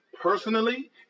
Personally